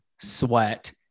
sweat